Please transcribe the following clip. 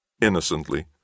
Innocently